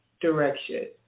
direction